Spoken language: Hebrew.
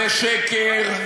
זה שקר.